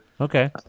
Okay